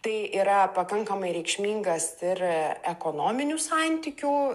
tai yra pakankamai reikšmingas ir ekonominių santykių